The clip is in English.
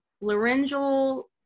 laryngeal